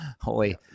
Holy